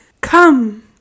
come